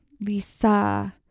Lisa